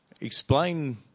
explain